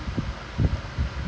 அவ அனுப்புனால:ava anuppunaala